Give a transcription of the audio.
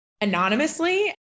anonymously